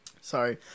Sorry